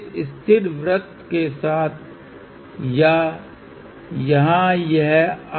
impedance में याद रखें हमें 50 से गुणा करना होगा और y में हमें 50 से विभाजित करना है और फिर से यह केवल 50 है क्योंकि हमारा Z0 50 था